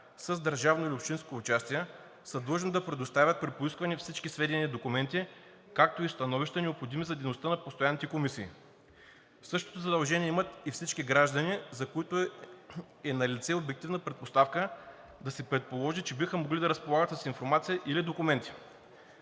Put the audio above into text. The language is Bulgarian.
с държавно или общинско участие са длъжни да предоставят при поискване всички сведения и документи, както и становища, необходими за дейността на постоянните комисии. Същото задължение имат и всички граждани, за които е налице обективна предпоставка да се предположи, че биха могли да разполагат с информация или документи.